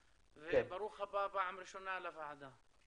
וברוך הבא פעם ראשונה לוועדה.